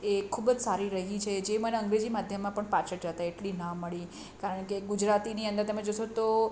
એ ખૂબ જ સારી રહી છે જે મને અંગ્રેજી માધ્યમમાં પણ પાછળ જતાં એટલી ના મળી કારણ કે ગુજરાતીની અંદર તમે જોશો તો